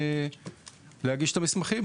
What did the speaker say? וכמובן להגיש את המסמכים,